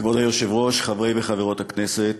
כבוד היושב-ראש, חברי וחברות הכנסת,